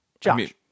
Josh